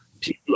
people